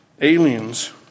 aliens